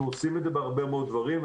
אנחנו רוצים לדבר על הרבה מאוד דברים.